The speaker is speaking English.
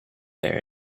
bear